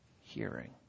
hearing